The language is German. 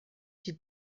die